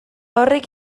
horrek